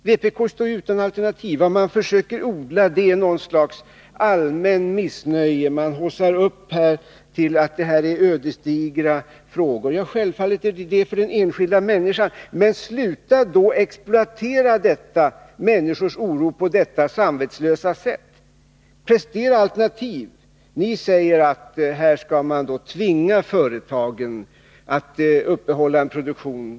Vpk står utan alternativ. Vad man försöker odla är något slags allmänt missnöje. Man haussar upp frågorna till att vara ödesdigra. Ja, självfallet är de det för den enskilda | människan, men sluta då att exploatera människors oro på detta samvetslösa sätt! Prestera alternativ! Ni säger att företagen skall tvingas t.ex. att uppehålla en produktion.